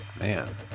Man